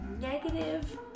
negative